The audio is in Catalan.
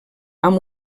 amb